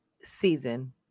season